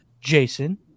Jason